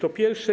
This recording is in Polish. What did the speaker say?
To pierwsze.